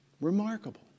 Remarkable